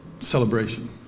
celebration